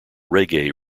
reggae